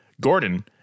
Gordon